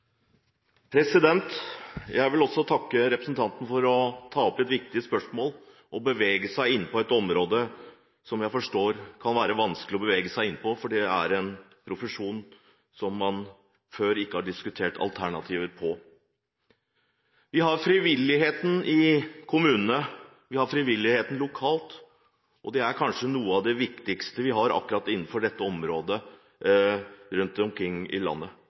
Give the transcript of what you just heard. et område som jeg forstår kan være vanskelig å bevege seg inn på, for dette er en profesjon som man før ikke har diskutert alternativer til. Vi har frivilligheten i kommunene, vi har frivilligheten lokalt, og dette er kanskje noe av det viktigste vi har innenfor akkurat dette området rundt omkring i landet.